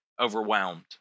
overwhelmed